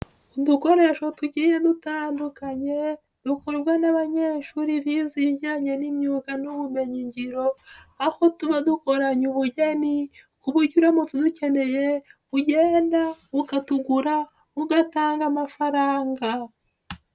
Udukoreshwa tugiye dutandukanye dukorwa n'abanyeshuri bize ibijyanye n'imyuga n'ubumenyingiro, aho tuba dukoranye ubugeni, ku buryo uramutse udukeneye, ugenda ukatugura, ugatanga amafaranga.